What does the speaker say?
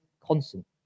constant